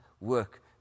work